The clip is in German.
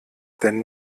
denn